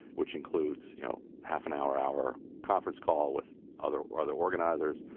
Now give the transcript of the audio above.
which includes, you know, half an hour hour conference call with other or other organizers,